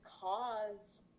cause